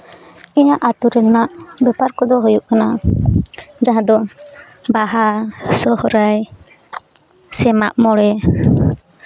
ᱤᱧᱟᱹᱜ ᱟᱛᱳ ᱨᱮᱱᱟᱜ ᱵᱮᱯᱟᱨ ᱠᱚᱫᱚ ᱦᱩᱭᱩᱜ ᱠᱟᱱᱟ ᱡᱟᱦᱟᱸ ᱫᱚ ᱵᱟᱦᱟ ᱥᱚᱨᱦᱟᱭ ᱥᱮ ᱢᱟᱜ ᱢᱚᱬᱮ